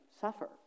suffer